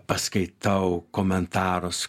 paskaitau komentarus